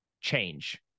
change